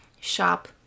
shop